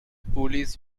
police